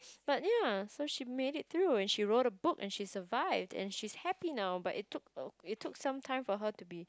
but ya so she made it through and she wrote a book and she survived and she's happy now but it took a~ it took some time for her to be